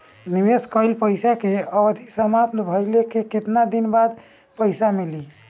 निवेश कइल पइसा के अवधि समाप्त भइले के केतना दिन बाद पइसा मिली?